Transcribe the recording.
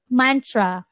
mantra